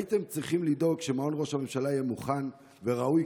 הייתם צריכים לדאוג שמעון ראש הממשלה יהיה מוכן וראוי,